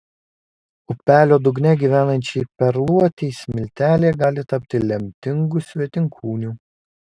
upelio dugne gyvenančiai perluotei smiltelė gali tapti lemtingu svetimkūniu